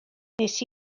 nes